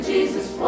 Jesus